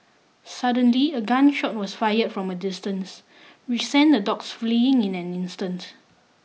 suddenly a gun shot was fired from a distance which sent the dogs fleeing in an instant